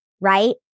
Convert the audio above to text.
right